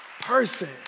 person